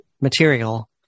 material